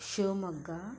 Shivamogga